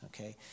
okay